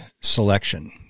selection